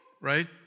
Right